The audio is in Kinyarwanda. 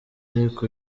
ariko